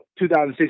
2016